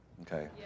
Okay